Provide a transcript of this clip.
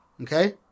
Okay